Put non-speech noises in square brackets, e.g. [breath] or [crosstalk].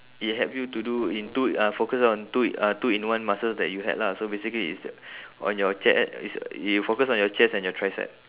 it help you to do in two ah focus on two uh two in one muscles that you had lah so basically it's [breath] on your che~ it's it focus on your chest and your tricep